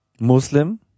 Muslim